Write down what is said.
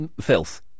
filth